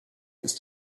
ist